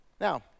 Now